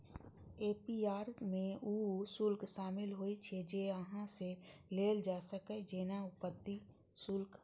APR मे ऊ शुल्क शामिल होइ छै, जे अहां सं लेल जा सकैए, जेना उत्पत्ति शुल्क